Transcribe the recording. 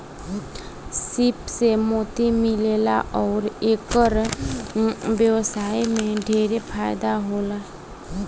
सीप से मोती मिलेला अउर एकर व्यवसाय में ढेरे फायदा होला